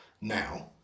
now